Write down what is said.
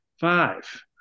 five